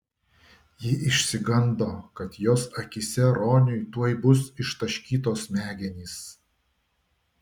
ji išsigando kad jos akyse roniui tuoj bus ištaškytos smegenys